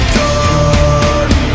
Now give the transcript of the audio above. done